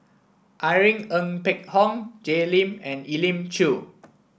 Irene Ng Phek Hoong Jay Lim and Elim Chew